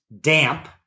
damp